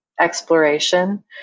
exploration